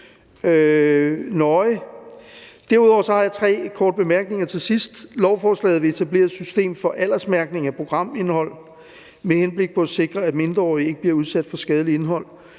Derudover har jeg til sidst tre korte bemærkninger. For det første: Lovforslaget vil etablere et system for aldersmærkning af programindhold med henblik på at sikre, at mindreårige ikke bliver udsat for skadeligt indhold.